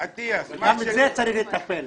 גם בזה צריך לטפל.